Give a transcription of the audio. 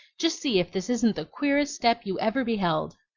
just see if this isn't the queerest step you ever beheld!